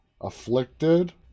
Afflicted